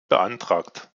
beantragt